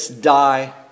die